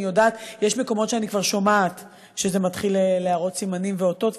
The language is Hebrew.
יש מקומות שאני כבר שומעת שזה מתחיל להראות סימנים ואותות,